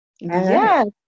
Yes